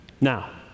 Now